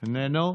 איננו,